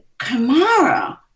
kamara